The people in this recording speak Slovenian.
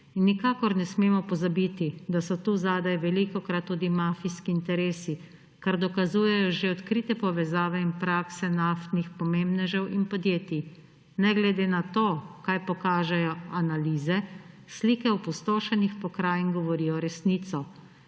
Nikakor ne smemo pozabiti, da so tu zadaj velikokrat tudi mafijski interesi, kar dokazujejo že odkrite povezave in prakse naftnih pomembnežev in podjetij, ne glede na to, kaj pokažejo analize, slike opustošenih pokrajin govorijo resnico.